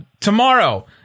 tomorrow